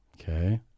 Okay